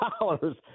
dollars